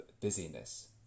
busyness